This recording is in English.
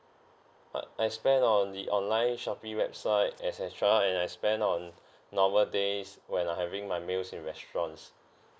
uh I spend on the online shopee website et cetera and I spend on normal days when I'm having my meals in restaurants